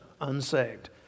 unsaved